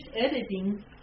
editing